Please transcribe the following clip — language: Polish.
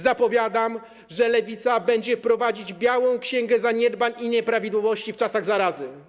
Zapowiadam, że Lewica będzie prowadzić białą księgę zaniedbań i nieprawidłowości w czasach zarazy.